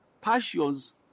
Passions